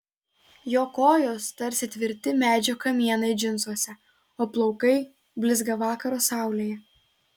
jo kojos tarsi tvirti medžio kamienai džinsuose o plaukai blizga vakaro saulėje